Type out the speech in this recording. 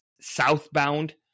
Southbound